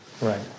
Right